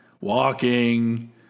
walking